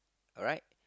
right